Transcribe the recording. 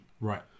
Right